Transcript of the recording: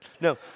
No